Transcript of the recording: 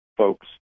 folks